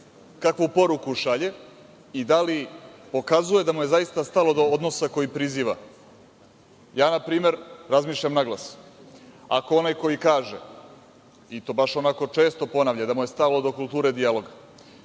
kakvu poruku šalje i da li pokazuje da mu je zaista stalo do odnosa koji priziva. Na primer, razmišljam naglas, ako onaj koji kaže, i to baš onako često ponavlja da mu je stalo do kulture dijaloga,